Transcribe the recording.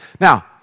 Now